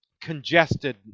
congested